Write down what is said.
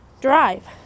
drive